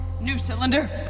new cylinder.